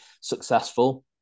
successful